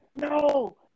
no